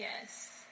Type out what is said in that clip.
Yes